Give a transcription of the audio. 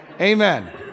Amen